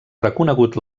reconegut